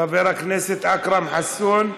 חבר הכנסת אכרם חסון,